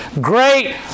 great